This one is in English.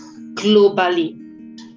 globally